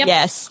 Yes